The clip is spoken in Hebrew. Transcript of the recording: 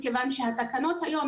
מכיוון שהתקנות היום,